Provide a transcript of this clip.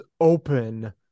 open